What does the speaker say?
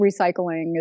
recycling